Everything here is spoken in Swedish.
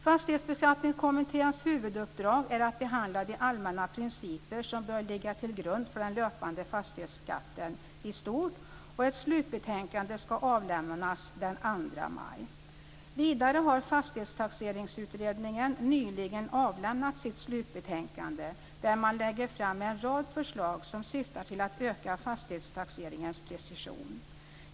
Fastighetsbeskattningskommitténs huvuduppdrag är att behandla de allmänna principer som bör ligga till grund för den löpande fastighetsbeskattningen i stort, och ett slutbetänkande ska avlämnas den 2 maj. Vidare har Fastighetstaxeringsutredningen nyligen avlämnat sitt slutbetänkande, där man lägger fram en rad förslag som syftar till att öka fastighetstaxeringens precision.